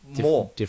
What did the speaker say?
more